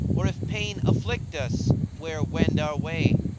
or if pain afflict us where wend our way?